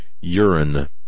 urine